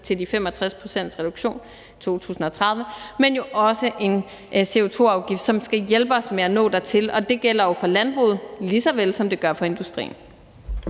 til de 65-procentsreduktion i 2030, dels en CO2-afgift, som skal hjælpe os med at nå dertil. Det gælder for landbruget, lige så vel som det gør for industrien.